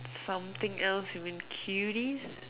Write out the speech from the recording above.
something else you mean cuties